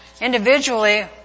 Individually